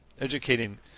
educating